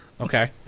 Okay